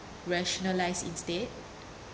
rationalise instead